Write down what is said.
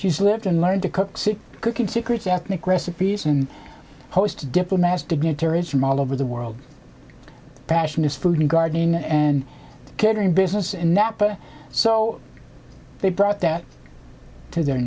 she's lived and learned to cook sick cooking secrets ethnic recipes and hosts diplomats dignitaries from all over the world passion is food and gardening and catering business in napa so they brought that to their